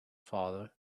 father